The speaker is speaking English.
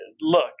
look